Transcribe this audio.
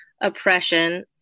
oppression